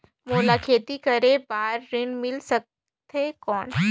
मोला खेती करे बार ऋण मिल सकथे कौन?